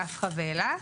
נפחא ואלה,